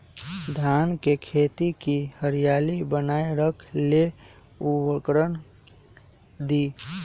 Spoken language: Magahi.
धान के खेती की हरियाली बनाय रख लेल उवर्रक दी?